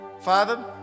Father